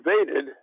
invaded